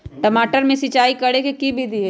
टमाटर में सिचाई करे के की विधि हई?